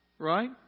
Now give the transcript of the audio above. Right